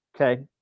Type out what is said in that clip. Okay